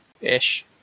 ish